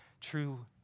true